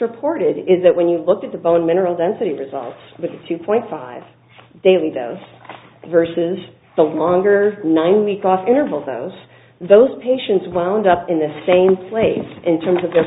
reported is that when you looked at the bone mineral density results with a two point five daily those versus the longer nine week off interval those those patients wound up in the same place in terms of the